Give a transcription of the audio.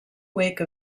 wake